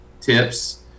tips